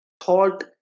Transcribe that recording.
thought